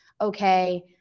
okay